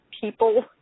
people